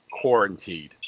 quarantined